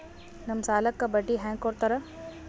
ನಮ್ ಸಾಲಕ್ ಬಡ್ಡಿ ಹ್ಯಾಂಗ ಕೊಡ್ತಾರ?